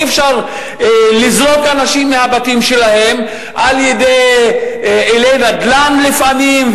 אי-אפשר לזרוק אנשים מהבתים שלהם על-ידי אילי נדל"ן לפעמים,